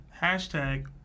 Hashtag